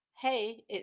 Hey